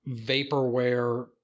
vaporware